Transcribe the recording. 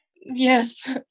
Yes